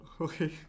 Okay